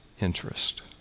interest